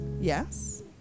yes